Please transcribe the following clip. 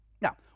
Now